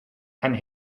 and